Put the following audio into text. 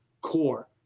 core